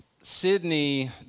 Sydney